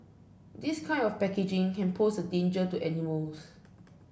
this kind of packaging can pose a danger to animals